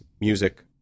music